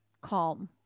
calm